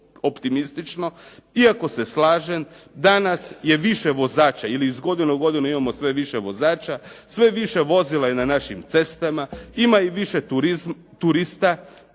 optimistično. Iako se slažem, danas je više vozača 'jel iz godine u godinu imamo sve više vozača, sve više vozila je na našim cestama, ima i više turista.